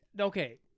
Okay